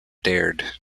dared